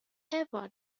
ava